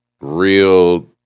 real